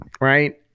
right